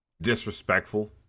Disrespectful